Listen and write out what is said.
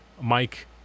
mike